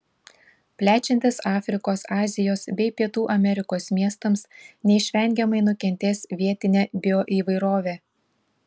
plečiantis afrikos azijos bei pietų amerikos miestams neišvengiamai nukentės vietinė bioįvairovė